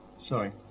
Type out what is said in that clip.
sorry